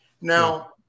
Now